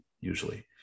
usually